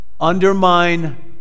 Undermine